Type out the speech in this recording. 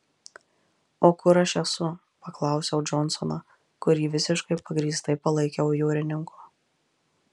o kur aš esu paklausiau džonsoną kurį visiškai pagrįstai palaikiau jūrininku